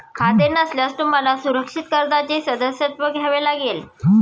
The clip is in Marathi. खाते नसल्यास तुम्हाला सुरक्षित कर्जाचे सदस्यत्व घ्यावे लागेल